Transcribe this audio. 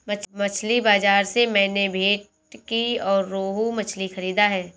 मछली बाजार से मैंने भेंटकी और रोहू मछली खरीदा है